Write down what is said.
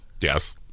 Yes